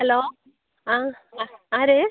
hello ആ ആ ആര്